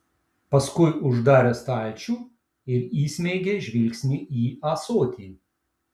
paskui uždarė stalčių ir įsmeigė žvilgsnį į ąsotį